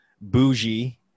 bougie